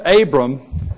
Abram